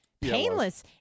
painless